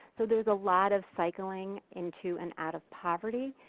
so theres a lot of cycling into and out of poverty.